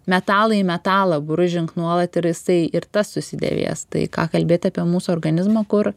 metalą į metalą bružink nuolat ir jisai ir tas susidėvės tai ką kalbėti apie mūsų organizmą kur